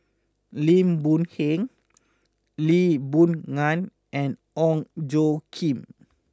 Lim Boon Heng Lee Boon Ngan and Ong Tjoe Kim